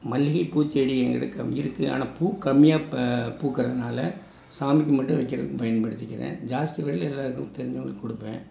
மல்லிகை பூச்செடி எடுக்கம் இருக்குது ஆனால் பூ கம்மியாக பூக்கிறதுனால சாமிக்கு மட்டும் வைக்கிறதுக்கு பயன்படுத்துக்கிறேன் ஜாஸ்தி வெளியில் எல்லாேருக்கும் தெரிஞ்சவர்களுக்கு கொடுப்பேன்